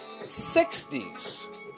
60s